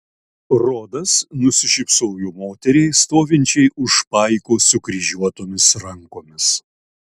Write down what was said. rodas nusišypsojo moteriai stovinčiai už paiko sukryžiuotomis rankomis